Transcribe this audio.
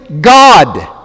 God